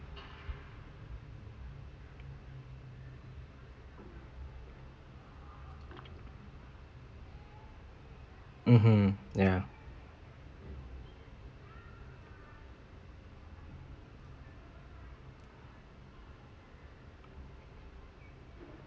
mmhmm ya